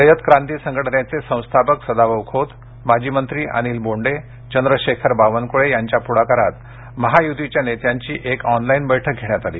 रयत क्रांती संघटनेचे संस्थापक सदाभाऊ खोत माजी मंत्री अनिल बोंडे चंद्रशेखर बावनकुळे यांच्या पुढाकारात महायुतीच्या नेत्यांची एक ऑनलाईन बैठक घेण्यात आली